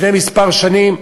לפני כמה שנים,